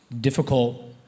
difficult